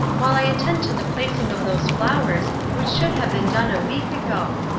while i attend to the placing of those flowers, which should have been done a week ago.